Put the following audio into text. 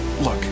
Look